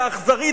האכזרית,